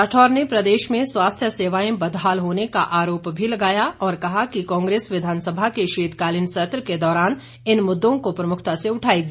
राठौर ने प्रदेश में स्वास्थ्य सेवाएं बदहाल होने का आरोप भी लगाया और कहा कि कांग्रेस विधानसभा के शीतकालीन सत्र के दौरान इन मुद्दों को प्रमुखता से उठाएगी